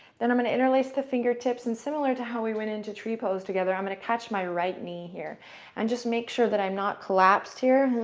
then i'm going to interlace the fingertips and similar to how we went into tree pose together, i'm going to catch my right knee here and just make sure that i'm not collapsed here,